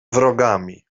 wrogami